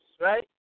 right